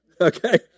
okay